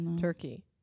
turkey